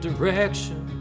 Direction